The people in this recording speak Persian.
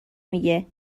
میگه